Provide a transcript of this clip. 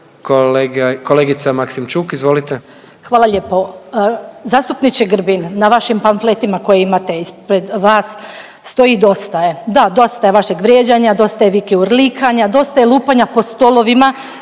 **Maksimčuk, Ljubica (HDZ)** Hvala lijepo. Zastupniče Grbin na vam pamfletima koje imate ispred vas stoji dosta je. Da dosta je vašeg vrijeđanja, dosta je vike i urlikanja, dosta je lupanja po stolovima